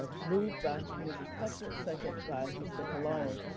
ah moved by mrs. cuthbert, second by mr. colon.